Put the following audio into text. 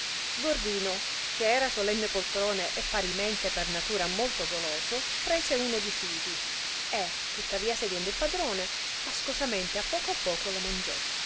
gordino che era solenne poltrone e parimente per natura molto goloso prese uno di fighi e tuttavia seguendo il padrone ascosamente a poco a poco lo mangiò